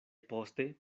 poste